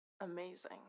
amazing